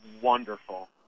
wonderful